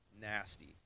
nasty